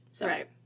Right